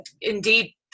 indeed